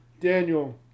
Daniel